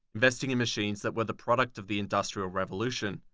investing in machines that were the product of the industrial revolution.